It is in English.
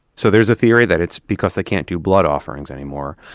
so there's a theory that it's because they can't do blood offerings anymore.